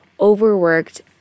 overworked